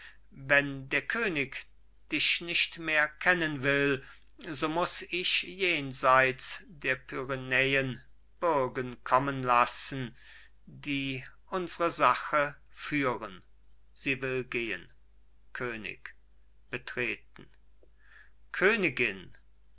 wenn der könig dich nicht mehr kennen will so muß ich jenseits der pyrenäen bürgen kommen lassen die unsre sache führen sie will gehen könig betreten königin